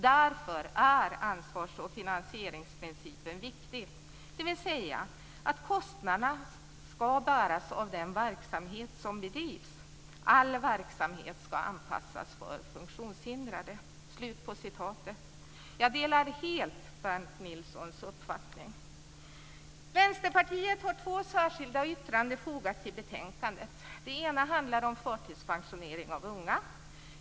Därför är ansvars och finansieringsprincipen viktig, dvs. att kostnaderna ska bäras av den verksamhet som bedrivs. All verksamhet ska anpassas för funktionshindrade." Jag delar helt Berndt Nilssons uppfattning. Vänsterpartiet har två särskilda yttranden i betänkandet. Det ena handlar om förtidspensionering av unga.